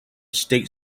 state